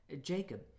Jacob